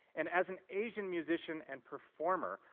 and as an asian musician and performer,